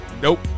Nope